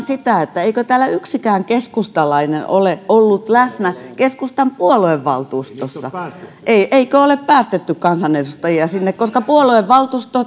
sitä eikö täällä yksikään keskustalainen ole ollut läsnä keskustan puoluevaltuustossa eikö ole päästetty kansanedustajia sinne koska puoluevaltuusto